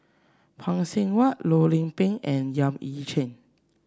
Phay Seng Whatt Loh Lik Peng and Yap Ee Chian